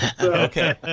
Okay